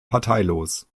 parteilos